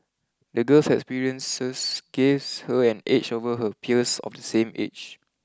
the girl's experiences gives her an edge over her peers of the same age